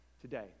today